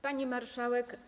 Pani Marszałek!